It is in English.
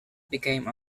became